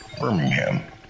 Birmingham